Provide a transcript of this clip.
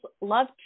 love